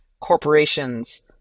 corporations